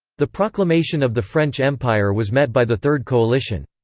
the proclamation of the french empire was met by the third coalition.